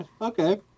Okay